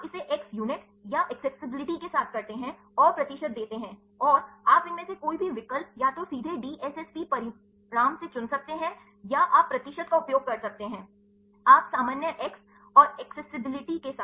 आप इसे X units या एक्सेसिबिलिटी के साथ करते हैं और प्रतिशत देते हैं और आप इनमें से कोई भी विकल्प या तो सीधे DSSP परिणाम से चुन सकते हैं या आप प्रतिशत का उपयोग कर सकते हैं आप सामान्य एक्स और एक्स एक्सेसिबिलिटी के साथ